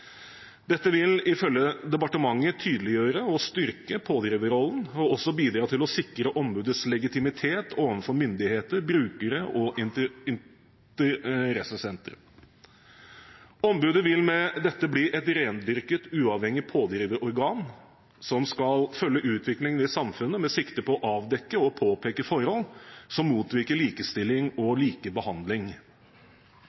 Dette vil ifølge departementet tydeliggjøre og styrke pådriverrollen og også bidra til å sikre ombudets legitimitet overfor myndigheter, brukere og interessenter. Ombudet vil med dette bli et rendyrket uavhengig pådriverorgan som skal følge utviklingen i samfunnet med sikte på å avdekke og påpeke forhold som motvirker likestilling og